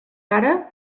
ara